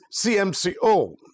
CMCO